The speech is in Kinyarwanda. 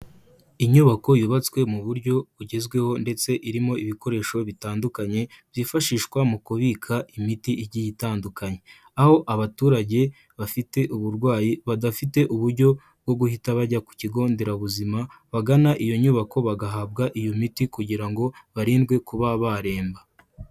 Inyubako yubatswe mu buryo bugezweho ndetse irimo ibikoresho bitandukanye byifashishwa mu kubika imiti igiye itandukanye, aho abaturage bafite uburwayi badafite uburyo bwo guhita bajya ku kigo nderabuzima bagana iyo nyubako bagahabwa iyo miti kugira ngo barindwe kuba baremba.